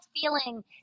feeling